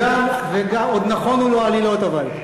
עוד נכונו לו עלילות אבל.